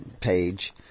page